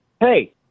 hey